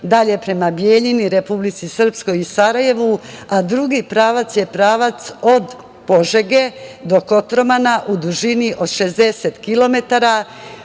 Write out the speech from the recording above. dalje prema Bijeljini, Republici Srpskoj i Sarajevu, a drugi pravac je pravac od Požege do Kotromana u dužini od 60